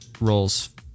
rolls